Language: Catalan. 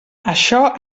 això